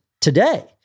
today